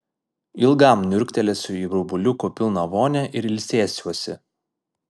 ilgam niurktelėsiu į burbuliukų pilną vonią ir ilsėsiuosi